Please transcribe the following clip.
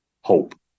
hope